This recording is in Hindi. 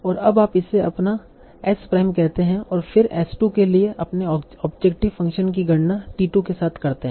और अब आप इसे अपना s प्राइम कहते हैं और फिर s 2 के लिए अपने ऑब्जेक्टिव फंक्शन की गणना t 2 के साथ करते हैं